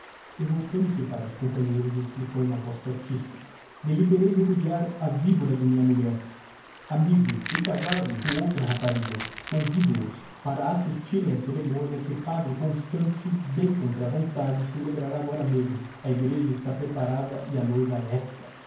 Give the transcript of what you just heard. e voltando-se para os companheiros explicou em voz fortissima deliberei repudiar a vibora de minha mulher amigos e casar-me com outra rapariga convido os para assistirem á ceremonia que padre constancio bem contra vontade celebrará agora mesmo a egreja está preparada e a noiva é esta